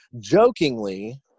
jokingly